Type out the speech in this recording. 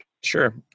Sure